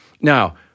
Now